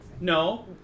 No